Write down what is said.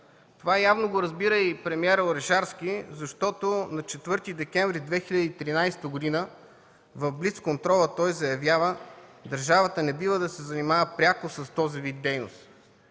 Това явно го разбира и премиерът Орешарски, защото на 4 декември 2013 г. в блиц контрола заявява, че държавата не бива да се занимава пряко с този вид дейност.